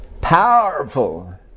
powerful